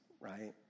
right